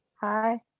Hi